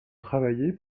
travailler